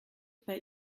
bei